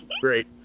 Great